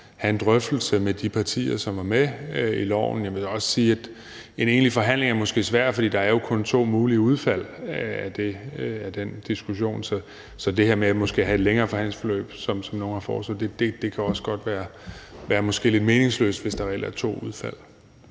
have en drøftelse med de partier, som var med bag loven. Jeg vil også sige, at en egentlig forhandling måske er svær, for der er jo kun to mulige udfald af den diskussion. Så det her med måske at have et længere forhandlingsforløb, som nogle har foreslået, kan måske også være lidt meningsløst, hvis der reelt er to udfald.